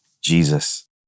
Jesus